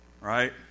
right